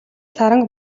саранг